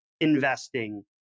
investing